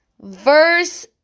Verse